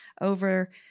over